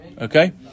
Okay